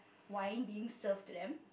wine being served to them